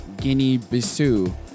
Guinea-Bissau